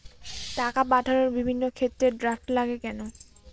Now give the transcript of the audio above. টাকা পাঠানোর বিভিন্ন ক্ষেত্রে ড্রাফট লাগে কেন?